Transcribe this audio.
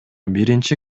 биринчи